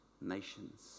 nations